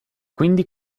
quindi